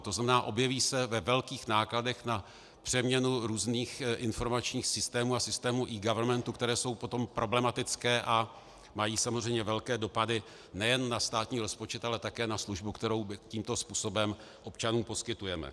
To znamená, objeví se ve velkých nákladech na přeměnu různých informačních systémů a systému eGovernmentu, které jsou potom problematické a mají samozřejmě velké dopady nejen na státní rozpočet, ale také na službu, kterou tímto způsobem občanům poskytujeme.